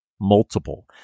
Multiple